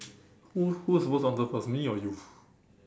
who who is supposed to answer first me or you